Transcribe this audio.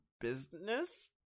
business